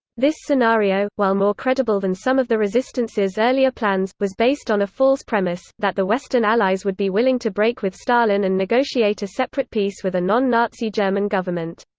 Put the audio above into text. this scenario, while more credible than some of the resistance's earlier plans, was based on a false premise that the western allies would be willing to break with stalin and negotiate a separate peace with a non-nazi german government.